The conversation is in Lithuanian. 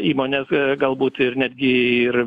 įmones galbūt ir netgi ir